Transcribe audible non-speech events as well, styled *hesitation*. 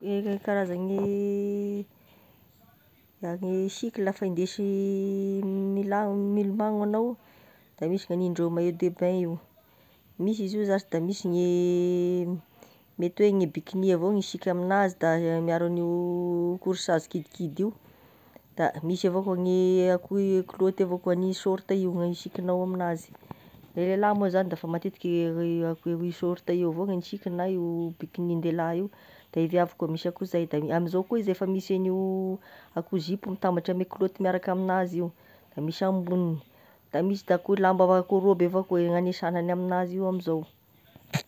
E karaza gne *hesitation* gne siky lafa hindesy *hesitation* milagno milomagno anao da misy gnanindreo maillot de bain io, misy izy io zashy da misy gne *hesitation* mety hoe gne bikini avao gny siky amignazy maharo anazy de miaro an'io corsage kidikidy io da misy avao koa gne akoa hoe kilôty avao koa ny sôrta io gn'isikinao aminazy, da lelah moa zagny dafa matetiky io sôrta io avao gne sikinany na io bikinin-dehilahy io, de viavy koa efa misy akoa zay da, amin'izao koa izy efa misy an'io akoa zipo mitambatry ame kilôty miaraka aminazy io, da misy ambonigny, da misy da koa lamba avao koa hoe rôby avao koa nagne sagnagny amin'azy io amizao.